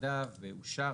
בוועדה ואושר.